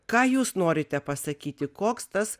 ką jūs norite pasakyti koks tas